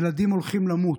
ילדים הולכים למות,